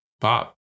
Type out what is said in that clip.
pop